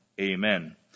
Amen